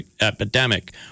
epidemic